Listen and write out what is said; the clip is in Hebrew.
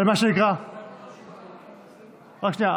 רק שנייה.